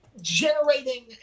generating